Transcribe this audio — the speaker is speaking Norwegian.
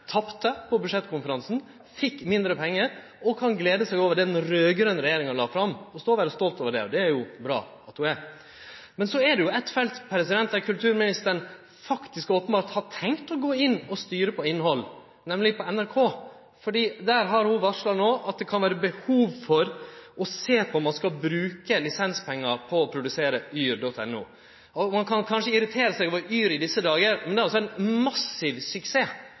tapte på budsjettkonferansen, fekk mindre pengar, og kan glede seg over det den raud-grøne regjeringa la fram, og så vere stolt over det. Og det er bra at ho er. Så er det eit felt der kulturministeren faktisk openbert har tenkt å gå inn og styre innhald, nemleg i NRK. Der har ho no varsla at det kan vere behov for å sjå på om ein skal bruke lisenspengar på å produsere yr.no. Ein kan kanskje irritere seg over yr.no i desse dagar, men det er ein massiv suksess.